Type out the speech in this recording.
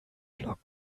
block